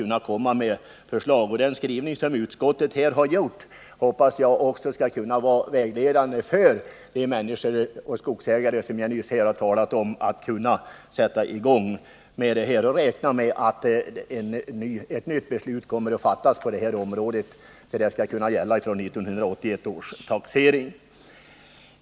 Jag hoppas också att den skrivning som utskottet gjort skall kunna vara vägledande för de skogsägare som jag nyss talat om, så att de kan sätta i gång med större avverkningar och kan räkna med att ett nytt beslut fattas på området, att gälla från 1981 års taxering.